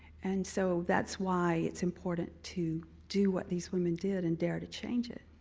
and so that's why it's important to do what these women did and dare to change it.